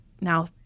now